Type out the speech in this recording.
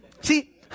See